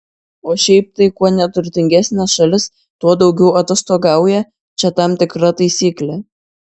o šiaip tai kuo neturtingesnė šalis tuo daugiau atostogauja čia tam tikra taisyklė